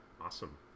awesome